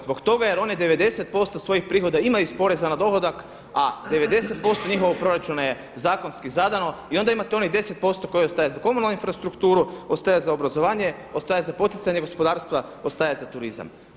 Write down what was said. Zbog toga jer one 90 posto svojih prihoda imaju iz poreza na dohodak, a 90 posto njihovog proračuna je zakonski zadano i onda imate onih 10 posto koje ostaje za komunalnu infrastrukturu, ostaje za obrazovanje, ostaje za poticanje gospodarstva, ostaje za turizam.